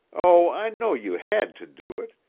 oh, i know you hed to do it.